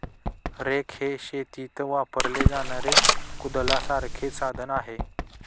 rake हे शेतीत वापरले जाणारे कुदळासारखे साधन आहे